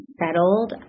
settled